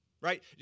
right